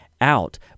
out